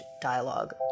dialogue